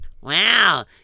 Wow